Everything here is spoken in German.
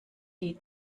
die